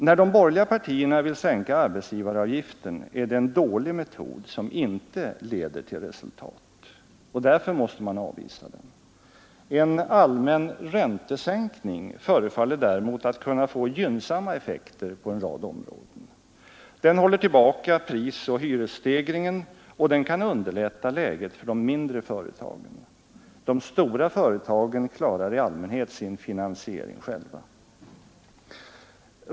När de borgerliga partierna vill sänka arbetsgivaravgiften är det en dålig metod, som inte leder till resultat, och därför måste vi avvisa den. En allmän räntesänkning förefaller däremot att kunna få gynnsamma effekter på en rad områden. Den håller tillbaka prisoch hyresstegringen och den kan underlätta läget för de mindre företagen. De stora företagen klarar i allmänhet sin finansiering själva.